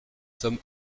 sommes